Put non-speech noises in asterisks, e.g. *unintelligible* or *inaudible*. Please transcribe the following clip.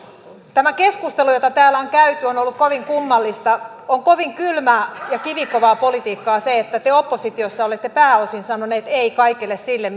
tämä keskustelu jota täällä on käyty on ollut kovin kummallista on kovin kylmää ja kivikovaa politiikkaa se että te oppositiossa olette pääosin sanoneet ei kaikelle sille *unintelligible*